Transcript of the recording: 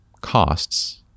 costs